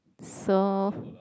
so